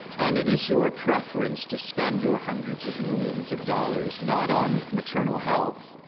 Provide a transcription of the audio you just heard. and it is your preference to spend your hundreds of millions of dollars not on maternal health,